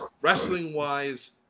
wrestling-wise